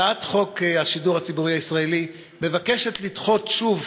הצעת חוק השידור הציבורי הישראלי מבקשת לדחות שוב